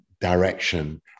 direction